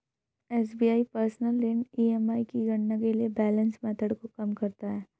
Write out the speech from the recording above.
SBI personal ऋण EMI की गणना के लिए बैलेंस मेथड को कम करता है